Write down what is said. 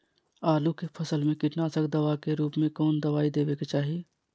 आलू के फसल में कीटनाशक दवा के रूप में कौन दवाई देवे के चाहि?